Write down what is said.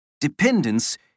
Dependence